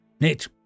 Nate